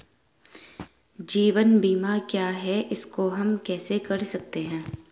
जीवन बीमा क्या है इसको हम कैसे कर सकते हैं?